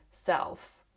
self